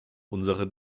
unsere